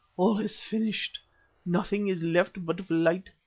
all is finished nothing is left but flight.